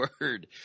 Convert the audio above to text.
word